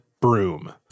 broom